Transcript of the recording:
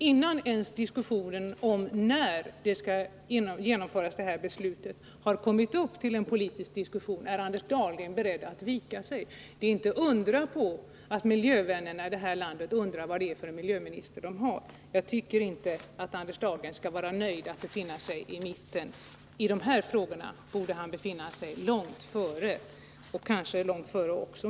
Innan ens frågan om när det beslutet skall genomföras har kommit upp till politisk diskussion är Anders Dahlgren beredd att vika sig. Det är då inte att undra på att miljövännerna i landet undrar vad det är för miljöminister vi har. Jag tycker inte att Anders Dahlgren skall vara nöjd med att befinna sig i mitten. I de här frågorna borde han befinna sig långt före — kanske också långt före mig.